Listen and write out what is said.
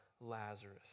lazarus